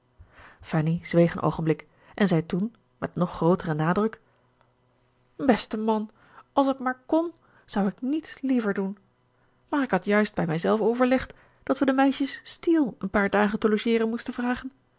fanny zweeg een oogenblik en zei toen met nog grooteren nadruk beste man als het maar kon zou ik niets liever doen maar ik had juist bij mij zelf overlegd dat we de meisjes steele een paar dagen te logeeren moesten vragen